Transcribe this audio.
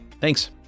Thanks